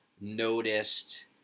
noticed